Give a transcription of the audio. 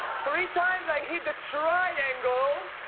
three times i hit the triangle.